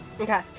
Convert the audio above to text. Okay